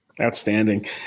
Outstanding